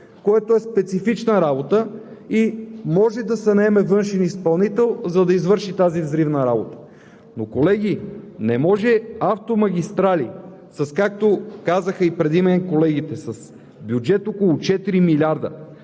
което е специфична работа и може да се наеме външен изпълнител, за да извърши тази взривна работа. Но, колеги, не може „Автомагистрали“, както казаха и преди мен колегите, с бюджет около 4 млрд.